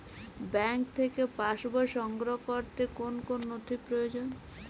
Bank থেকে pass বই সংগ্রহ করতে কোন কোন নথি প্রয়োজন?